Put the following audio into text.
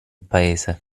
paese